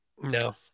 no